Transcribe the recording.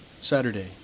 Saturday